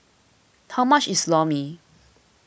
how much is Lor Mee